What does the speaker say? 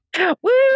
Woo